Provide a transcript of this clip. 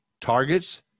Targets